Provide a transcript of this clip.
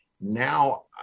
Now